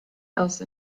else